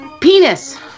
Penis